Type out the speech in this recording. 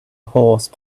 horse